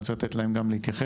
אני רוצה לתת להם גם להתייחס,